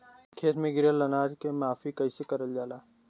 खेत में गिरल अनाज के माफ़ी कईसे करल जाला?